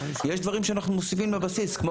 ויש דברים שאנחנו מוסיפים לבסיס כמו